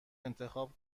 انتخاب